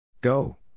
go